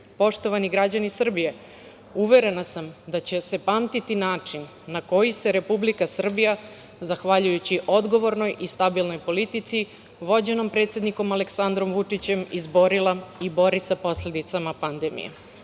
žele. Poštovani građani Srbije, uverena sam da će se pamtiti način na koji se Republika Srbija zahvaljujući odgovornoj i stabilnoj politici, predvođenom predsednikom Aleksandrom Vučićem, izborila sa posledicama pandemije. Uvažene